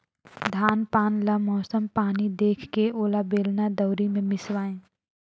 धान पान ल मउसम पानी देखके ओला बेलना, दउंरी मे मिसवाए